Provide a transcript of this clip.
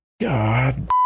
God